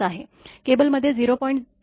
केबलमध्ये 0